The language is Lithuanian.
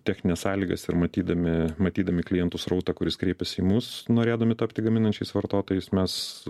technines sąlygas ir matydami matydami klientų srautą kuris kreipiasi į mus norėdami tapti gaminančiais vartotojais mes